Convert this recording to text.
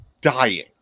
dying